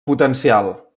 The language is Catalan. potencial